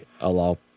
allow